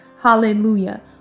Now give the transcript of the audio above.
Hallelujah